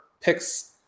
picks